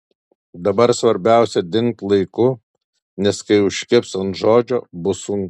dabar svarbiausia dingt laiku nes kai užkibs ant žodžio bus sunku